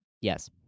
Yes